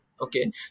Okay